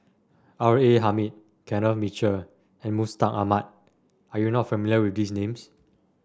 R A Hamid Kenneth Mitchell and Mustaq Ahmad are you not familiar with these names